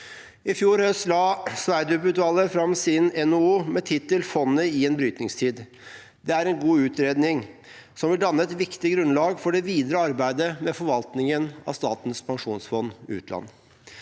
I fjor høst la Sverdrup-utvalget fram sin NOU med tittelen Fondet i en brytningstid. Det er en god utredning som vil danne et viktig grunnlag for det videre arbeidet med forvaltningen av Statens pensjonsfond utland.